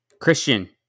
christian